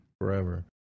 Forever